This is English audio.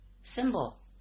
symbol